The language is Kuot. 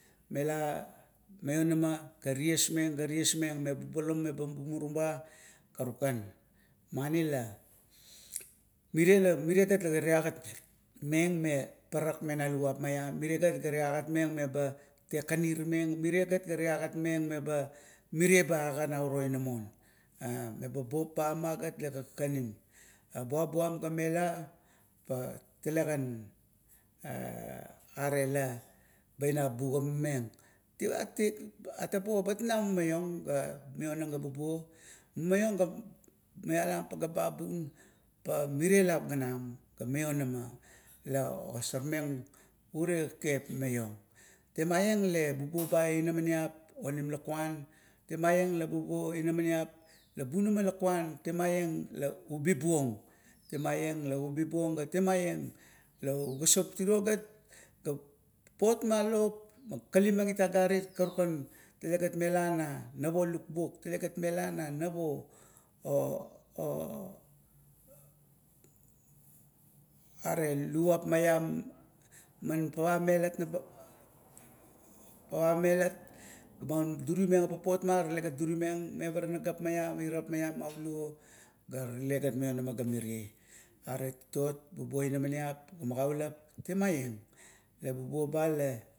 Mela maionama, ga tiesmeng ga tiesmeng mebulam meba bumumurum ba karukan. Mani la mere, meregat la tagat meng me parak mena luvap aiam, miregat la teagat meng meba tekenireng ire gat la teagat meng meba mire ba aga nauro inamon. A meba bopma ga leba kakanim, buabum gamela pa talegan, a are la baina bugima meng, timatit bai una mumaiong ga maionang ga bubuo. Mumaiong ga malalam pageap ba bung, pa mire la ganam la maionama la ogosarmeng ure kekep maiong. Temaieng lebubuo ba inamaniap onim lakuan, temaieng la bubuo inamaniap la bunama lukuan temaieng la ubibuong, temaieng la ubi buong. Temaieng la ugosor tiro gat, la papot ma lop lama kalimengit agarit, karukan talegat mela na nap olukbuk, talegat mela na nap are luvap maiam. Ma pafameme nabaut, pafan metat, man durimeng papotma talegat mevara magapmaiam maulo ga talegat maionama ga mirea. Aret titot bubuo inamaniap ga magaulap. Temaieng le bubuo ba la.